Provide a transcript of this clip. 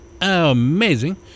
amazing